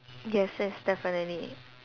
yes yes definitely